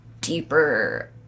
deeper